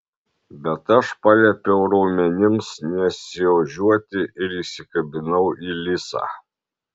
bet aš paliepiau raumenims nesiožiuoti ir įsikabinau į lisą